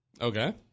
Okay